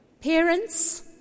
Parents